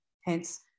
hence